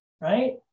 right